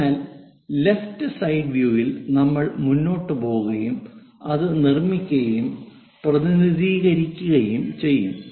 അതിനാൽ left side view യിൽ നമ്മൾ മുന്നോട്ട് പോകുകയും അത് നിർമ്മിക്കുകയും പ്രതിനിധീകരിക്കുകയും ചെയ്യും